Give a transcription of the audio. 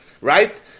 Right